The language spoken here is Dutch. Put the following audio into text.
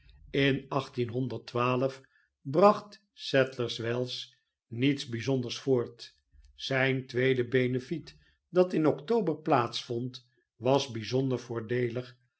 in bracht sadlers wells niets bijzonders voort zijn tweede beneflet dat in october plaats vond was bijzonder voordeelig